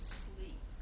sleep